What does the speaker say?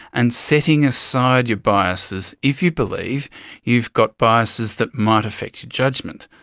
and setting aside your biases if you believe you've got biases that might affect your judgement.